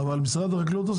אבל משרד החקלאות?